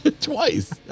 Twice